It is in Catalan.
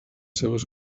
seves